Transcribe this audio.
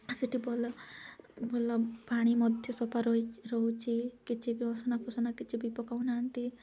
ସେଇଠି ଭଲ ଭଲ ପାଣି ମଧ୍ୟ ସଫା ରହି ରହୁଛି କିଛି ବି ଅସନା ଫସନା କିଛି ବି ପକାଉନାହାନ୍ତି